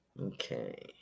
okay